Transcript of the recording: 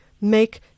make